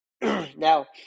Now